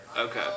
Okay